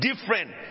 different